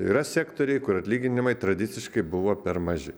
yra sektoriai kur atlyginimai tradiciškai buvo per maži